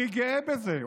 אני גאה בזה.